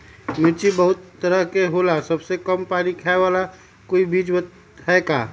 मिर्ची बहुत तरह के होला सबसे कम पानी खाए वाला कोई बीज है का?